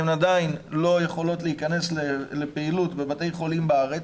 הן עדיין לא יכולות להיכנס לפעילות בבתי חולים בארץ